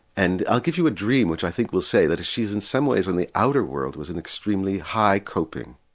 and i'll give you a dream which i think will say that she is in some ways in the outer world was an extremely high coping.